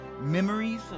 memories